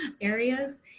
areas